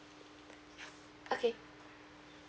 okay